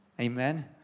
Amen